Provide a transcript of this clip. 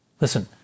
Listen